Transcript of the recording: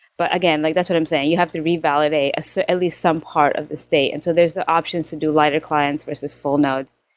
but again, like that's what i'm saying. you have to revalidate so at least some part of the state. and so there's options to do lighter clients versus full nodes.